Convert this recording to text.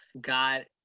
God